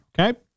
okay